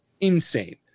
insane